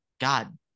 god